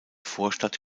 vorstadt